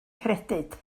credyd